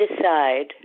decide